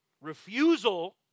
Refusal